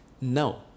No